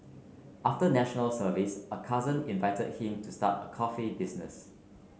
after National Service a cousin invited him to start a coffee business